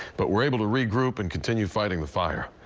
but were able to regroup and continue fighting the fire.